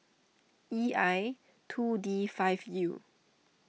E I two D five U